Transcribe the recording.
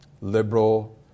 liberal